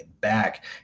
back